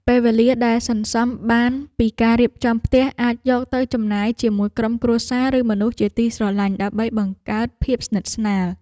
ពេលវេលាដែលសន្សំបានពីការរៀបចំផ្ទះអាចយកទៅចំណាយជាមួយក្រុមគ្រួសារឬមនុស្សជាទីស្រឡាញ់ដើម្បីបង្កើតភាពស្និទ្ធស្នាល។